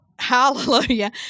Hallelujah